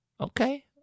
Okay